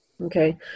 Okay